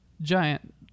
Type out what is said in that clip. giant